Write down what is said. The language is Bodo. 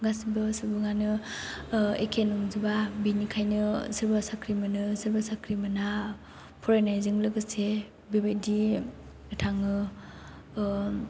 गासैबो सुबुङानो एखे नंजोबा बिनिखायनो सोरबा साख्रि मोनो सोरबाया साख्रि मोना फरायनायजों लोगोसे बेबायदि थाङो